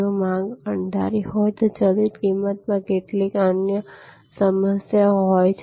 જો માંગ અણધારી હોય તો ચલિત કિંમતમાં કેટલીક અન્ય સમસ્યાઓ હોય છે